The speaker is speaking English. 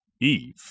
Eve